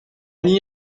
n’y